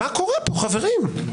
מה קורה פה, חברים?